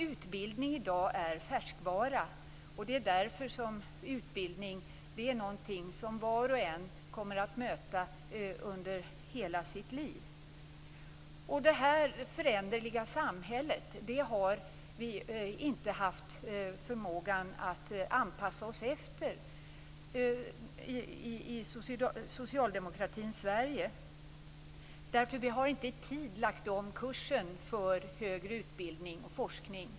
Utbildning i dag är en färskvara, och det är därför som var och en kommer att möta utbildning under hela sitt liv. Detta föränderliga samhället har vi inte haft förmågan att anpassa oss efter i socialdemokratins Sverige. Vi har inte i tid lagt om kursen för högre utbildning och forskning.